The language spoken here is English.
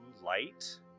light